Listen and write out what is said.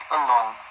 alone